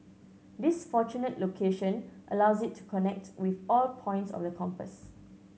this fortunate location allows it to connect with all points of the compass